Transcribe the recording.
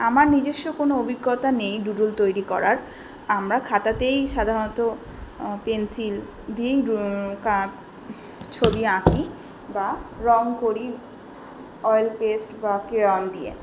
আমার নিজস্ব কোনো অভিজ্ঞতা নেই ডুডুল তৈরি করার আমরা খাতাতেই সাধারণত পেন্সিল দিয়েই ডুকা ছবি আঁকি বা রঙ করি অয়েল পেস্ট বা ক্রেয়ন দিয়ে